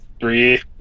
three